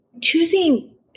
Choosing